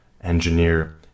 engineer